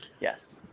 Yes